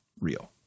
real